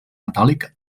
metàl·lic